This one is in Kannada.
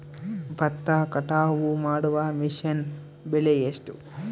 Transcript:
ಭತ್ತ ಕಟಾವು ಮಾಡುವ ಮಿಷನ್ ಬೆಲೆ ಎಷ್ಟು?